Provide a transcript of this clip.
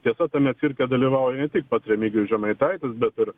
tiesa tame cirke dalyvauja ne tik pats remigijus žemaitaitis bet ir